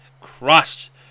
crushed